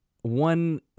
one